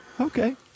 okay